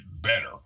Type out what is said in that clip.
better